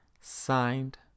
signed